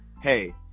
hey